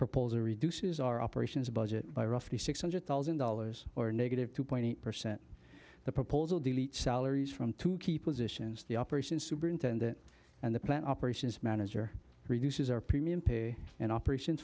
proposal reduces our operations budget by roughly six hundred thousand dollars or negative two point eight percent the proposal deletes salaries from to keep positions the operations superintendent and the plant operations manager reduces our premium pay and operations